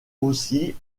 aussi